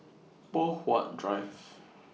Poh Huat Drive